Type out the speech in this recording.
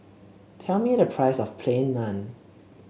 tell me the price of Plain Naan